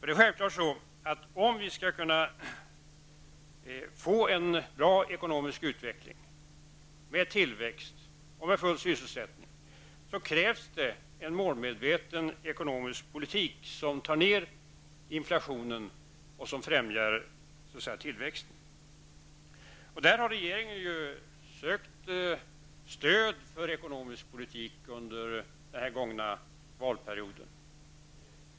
Det är självklart, att om vi skall kunna få en bra ekonomisk utveckling i landet med tillväxt och full sysselsättning, krävs målmedveten ekonomisk politik som gör att man får ner inflationen och främjar tillväxten. Där har regeringen sökt stöd för ekonomisk politik under den gångna valperioden.